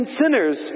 sinners